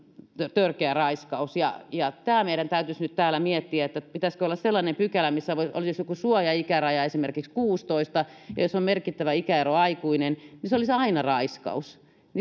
törkeä raiskaus tämä meidän täytyisi nyt täällä miettiä pitäisikö olla sellainen pykälä missä olisi joku suojaikäraja esimerkiksi kuusitoista ja jos on merkittävä ikäero tekijä aikuinen niin se olisi aina raiskaus